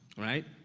right,